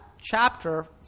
chapter